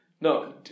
No